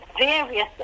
various